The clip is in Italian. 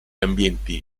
ambienti